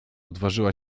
odważyła